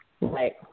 Right